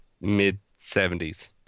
mid-70s